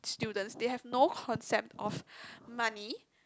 students they have no concept of money